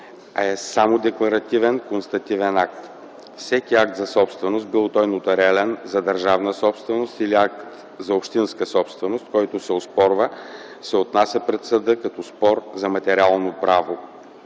а е само декларативен, констативен акт. Всеки акт за собственост, бил той нотариален, за държавна собственост или акт за общинска собственост, който се оспорва, се отнася пред съда като спор за материално право